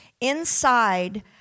inside